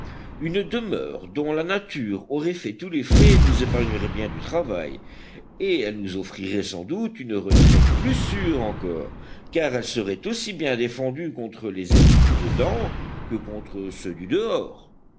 une demeure dont la nature aurait fait tous les frais nous épargnerait bien du travail et elle nous offrirait sans doute une retraite plus sûre encore car elle serait aussi bien défendue contre les ennemis du dedans que contre ceux du dehors